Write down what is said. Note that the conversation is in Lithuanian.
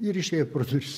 ir išėjo pro duris